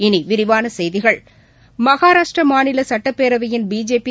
இனிவிரிவானசெய்திகள் மகராஷ்டிராமாநிலசட்டப்பேரவையின் பிஜேபி